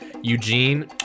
Eugene